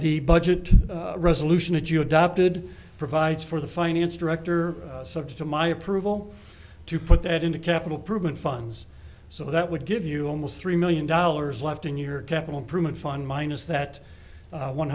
the budget resolution that you adopted provides for the finance director subject to my approval to put that into capital prudent funds so that would give you almost three million dollars left in your capital improvement fun minus that